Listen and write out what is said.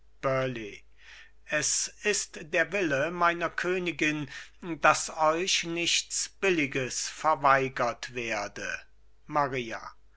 es ist der wille meiner königin daß euch nichts billiges verweigert werde maria